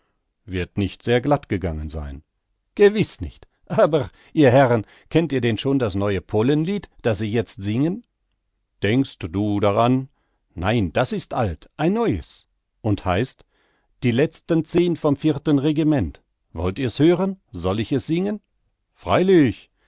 wird nicht sehr glatt gegangen sein gewiß nicht aber ihr herren kennt ihr denn schon das neue polenlied das sie jetzt singen denkst du daran nein das ist alt ein neues und heißt die letzten zehn vom vierten regiment wollt ihr's hören soll ich es singen freilich